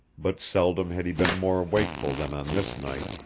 but seldom had he been more wakeful than on this night.